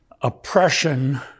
oppression